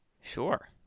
Sure